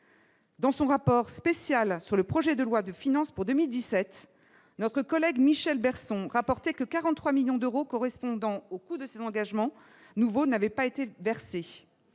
Dans son rapport spécial sur le projet de loi de finances pour 2017 notre collègue Michel Berson, rapporté que 43 millions d'euros correspondant au coût de son engagement nouveau n'avaient pas été versées